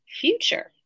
future